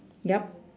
yup